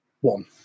one